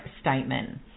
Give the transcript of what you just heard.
statement